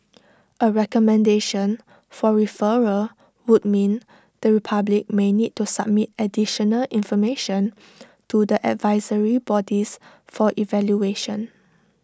A recommendation for referral would mean the republic may need to submit additional information to the advisory bodies for evaluation